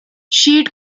sheet